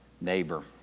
neighbor